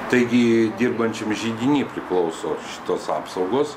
taigi dirbančiam židiny priklauso tos apsaugos